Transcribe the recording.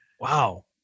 Wow